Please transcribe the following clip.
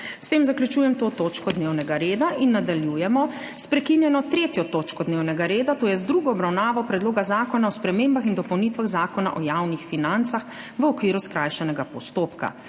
S tem zaključujem to točko dnevnega reda. Nadaljujemo s prekinjeno 6. točko dnevnega reda, to je z drugo obravnavo Predloga zakona o dopolnitvi Zakona o sodniški službi v okviru skrajšanega postopka.